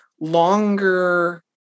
longer